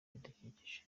ibidukikije